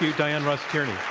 diann rust tierney.